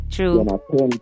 True